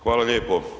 Hvala lijepo.